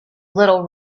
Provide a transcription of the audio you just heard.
little